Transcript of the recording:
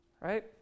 right